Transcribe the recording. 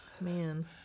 Man